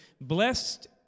Blessed